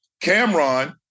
Cameron